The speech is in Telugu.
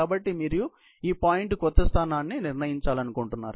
కాబట్టి మీరు ఈ పాయింట్ క్రొత్త స్థానాన్ని నిర్ణయించాలనుకుంటున్నారు